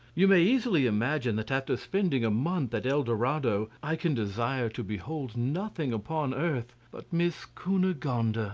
you may easily imagine that after spending a month at el dorado i can desire to behold nothing upon earth but miss cunegonde. ah